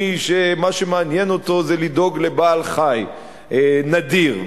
שמה שמעניין אותו זה לדאוג לבעל-חיים נדיר.